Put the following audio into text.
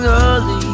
early